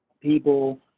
people